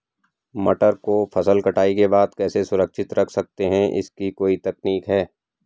मटर को फसल कटाई के बाद कैसे सुरक्षित रख सकते हैं इसकी कोई तकनीक है?